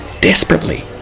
desperately